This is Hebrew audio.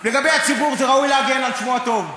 לגבי הציבור, ראוי להגן על שמו הטוב.